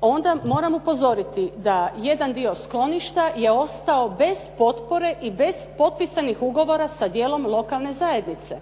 onda moram upozoriti da jedan dio skloništa je ostao bez potpore i bez potpisanih ugovora sa djelom lokalne zajednice.